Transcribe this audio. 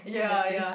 and that's it